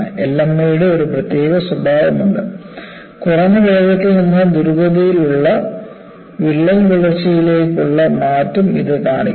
LME യുടെ ഒരു പ്രത്യേക സ്വഭാവമുണ്ട് കുറഞ്ഞ വേഗത്തിൽ നിന്ന് ദ്രുതഗതിയിലുള്ള വിള്ളൽ വളർച്ചയിലേക്കുള്ള മാറ്റം ഇത് കാണിക്കുന്നു